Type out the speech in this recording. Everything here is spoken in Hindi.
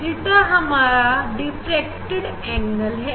Theta हमारा डिफ्रैक्टेड एंगल है